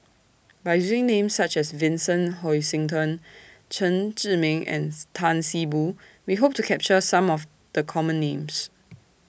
By using Names such as Vincent Hoisington Chen Zhiming and Tan See Boo We Hope to capture Some of The Common Names